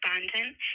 respondent